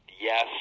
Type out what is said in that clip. yes